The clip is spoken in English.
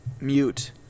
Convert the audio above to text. mute